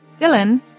Dylan